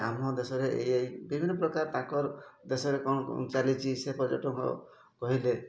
ଆମ ଦେଶରେ ଏଇ ଏଇଆ ବିଭିନ୍ନ ପ୍ରକାର ତାଙ୍କ ଦେଶରେ କ'ଣ କ'ଣ ଚାଲିଛି ସେ ପର୍ଯ୍ୟଟକ କହିଲେ